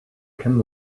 can